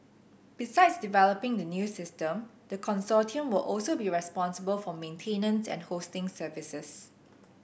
besides developing the new system the consortium will also be responsible for maintenance and hosting services